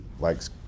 likes